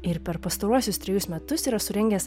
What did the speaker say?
ir per pastaruosius trejus metus yra surengęs